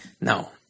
no